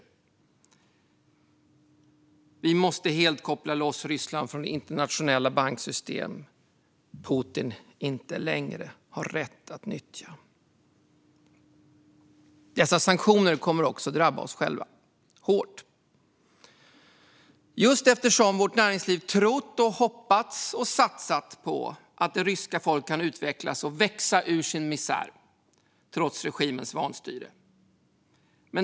Vi måste helt koppla loss Ryssland från internationella banksystem Putin inte längre har rätt att nyttja. Dessa sanktioner kommer också att drabba oss själva hårt, just eftersom vårt näringsliv trott, hoppats och satsat på att det ryska folket skulle kunna utvecklas och växa ur sin misär trots regimens vanstyre.